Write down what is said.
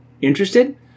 Interested